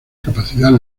capacidad